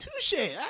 Touche